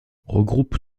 regroupe